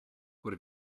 what